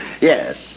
Yes